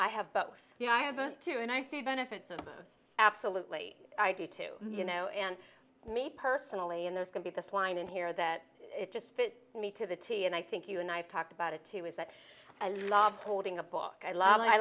i have books you know i haven't to and i see benefits of absolutely i do too you know and me personally and this can be this line in here that it just fit me to the t and i think you and i've talked about it too is that i love holding a book i